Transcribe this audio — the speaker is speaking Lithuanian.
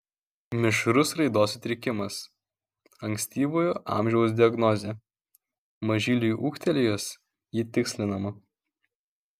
mišrus raidos sutrikimas ankstyvojo amžiaus diagnozė mažyliui ūgtelėjus ji tikslinama